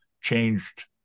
changed